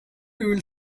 will